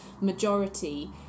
majority